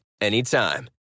anytime